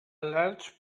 large